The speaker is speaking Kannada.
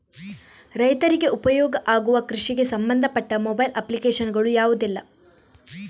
ರೈತರಿಗೆ ಉಪಯೋಗ ಆಗುವ ಕೃಷಿಗೆ ಸಂಬಂಧಪಟ್ಟ ಮೊಬೈಲ್ ಅಪ್ಲಿಕೇಶನ್ ಗಳು ಯಾವುದೆಲ್ಲ?